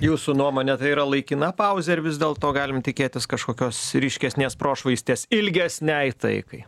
jūsų nuomone tai yra laikina pauzė ar vis dėlto galim tikėtis kažkokios ryškesnės prošvaistės ilgesnei taikai